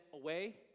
away